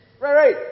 Right